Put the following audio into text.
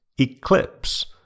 Eclipse